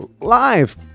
live